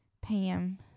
Pam